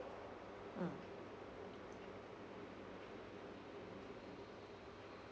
mm